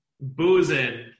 boozing